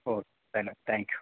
oak ಧನ್ಯವಾದ thank you